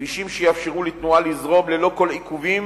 כבישים שיאפשרו לתנועה לזרום ללא כל עיכובים